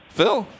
Phil